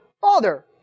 Father